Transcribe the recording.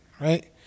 right